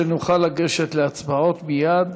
כדי שנוכל לגשת להצבעות מייד.